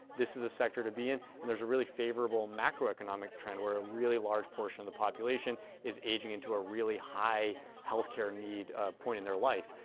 this is the sector to be in. and, there's a really favorable macroeconomic trend where a really large portion of the population is aging into a really high healthcare need ah point in their life.